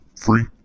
free